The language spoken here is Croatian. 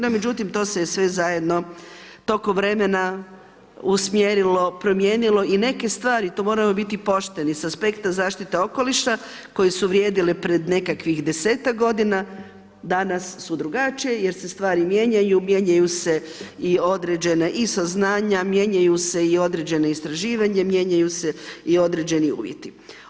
No međutim, to se je sve zajedno tokom vremena usmjerilo, promijenilo i neke stvari, to moramo biti pošteni sa aspekta zaštite okoliša koji su vrijedili pred nekakvih 10-tak g. danas su drugačije jer se svari mijenjaju, mijenjaju se i određene i saznanja, mijenjaju se i određene istraživanje, mijenjaju se i određeni uvjeti.